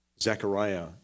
Zechariah